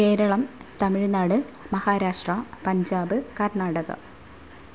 Keralam Tamil Nadu Maharashtra Punjab Karnataka